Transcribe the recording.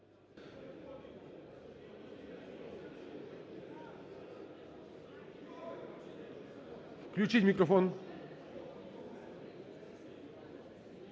Включіть мікрофон.